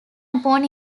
upon